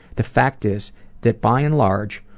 the fact is that, by and large,